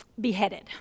beheaded